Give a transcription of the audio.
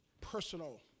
personal